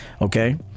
okay